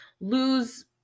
lose